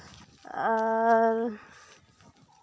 ᱟᱨ